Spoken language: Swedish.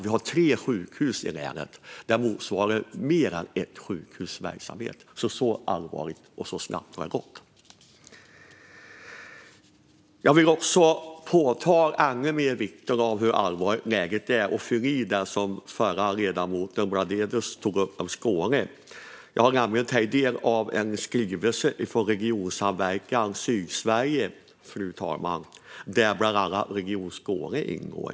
Vi har tre sjukhus i länet, och underskottet motsvarar hela verksamheten vid mer än ett av dem. Så allvarligt är läget, och så snabbt har det gått. Jag vill också ännu mer framhålla vikten av hur allvarligt läget är och fylla i det som ledamoten Bladelius tog upp om Skåne. Jag har nämligen tagit del av en skrivelse från Regionsamverkan Sydsverige, där bland annat Region Skåne ingår.